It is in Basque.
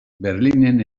berlinen